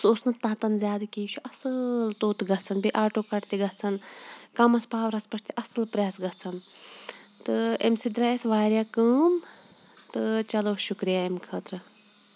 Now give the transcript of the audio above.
سُہ اوس نہٕ تَتان زیادٕ کینٛہہ یہِ چھُ اَصۭل توٚت گژھان بیٚیہِ آٹوکَٹ تہِ گژھان کَمَس پاورَس پٮ۪ٹھ تہِ اَصٕل پرٛٮ۪س گژھان تہٕ امہِ سۭتۍ درٛاے اَسہِ واریاہ کٲم تہٕ چلو شُکریہ اَمہِ خٲٕطرٕ